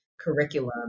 curriculum